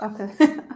okay